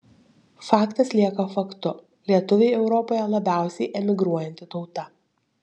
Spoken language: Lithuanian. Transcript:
faktas lieka faktu lietuviai europoje labiausiai emigruojanti tauta